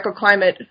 microclimate